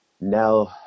now